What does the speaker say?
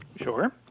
Sure